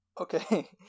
Okay